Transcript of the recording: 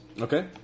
Okay